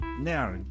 Now